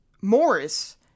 Morris